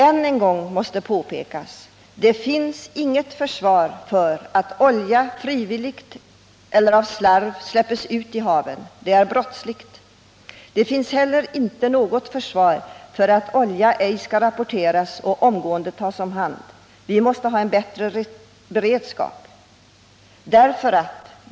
Än en gång måste påpekas, att det inte finns något försvar för att olja frivilligt eller av slarv släpps ut i haven. Det är brottsligt. Det finns inte heller något försvar för att olja ej rapporteras och omgående tas om hand. Vi måste ha en bättre beredskap.